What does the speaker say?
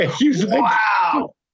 Wow